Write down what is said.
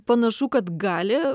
panašu kad gali